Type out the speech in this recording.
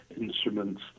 instruments